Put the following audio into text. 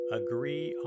agree